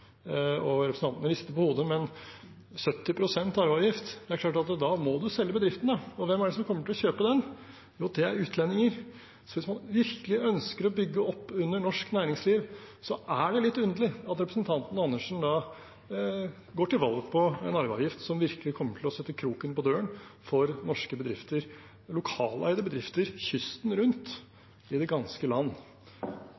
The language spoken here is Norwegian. Representanten rister på hodet, men 70 pst. arveavgift – det er klart at da må man selge bedriftene. Hvem er det som kommer til å kjøpe dem? Jo, det er utlendinger. Hvis man virkelig ønsker å bygge opp under norsk næringsliv, er det litt underlig at representanten Andersen går til valg på en arveavgift som virkelig kommer til å sette kroken på døren for norske bedrifter, lokaleide bedrifter kysten rundt